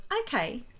okay